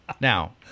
Now